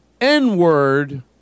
N-word